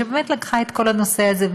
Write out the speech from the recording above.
שבאמת לקחה את כל הנושא הזה,